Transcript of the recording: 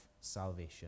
Salvation